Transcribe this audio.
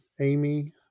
Amy